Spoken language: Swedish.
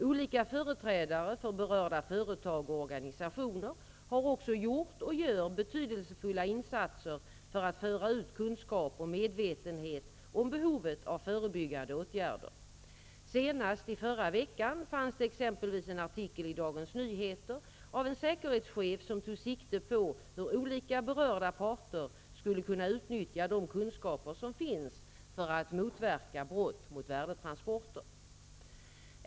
Olika företrädare för berörda företag och organisationer har också gjort och gör betydelsefulla insatser för att föra ut kunskap och medvetenhet om behovet av förebyggande åtgärder. Senast i förra veckan fanns det exempelvis en artikel i Dagens Nyheter av en säkerhetschef som tog sikte på hur olika berörda parter skulle kunna utnyttja de kunskaper som finns för att motverka brott mot värdetransporter.